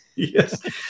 Yes